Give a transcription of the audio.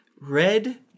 red